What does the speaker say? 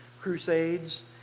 crusades